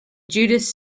judas